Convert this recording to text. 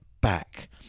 back